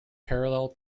parallel